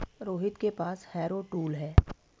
रोहित के पास harrow tool है